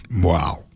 wow